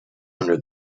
under